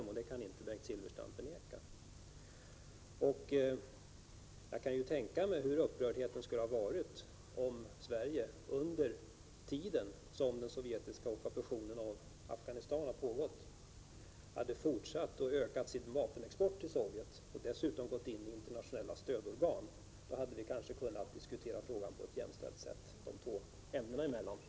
Det jag här har återgivit är ett faktum, och det kan inte Bengt Silfverstrand förneka. Jag kan ju tänka mig hur stor upprördheten skulle ha varit, om Sverige under tiden som den sovjetiska ockupationen av Afghanistan pågått hade fortsatt och ökat sin vapenexport till Sovjet och dessutom gått in i internationella stödorgan. Då hade vi kanske kunnat diskutera de två ämnena på ett jämställt sätt.